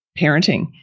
parenting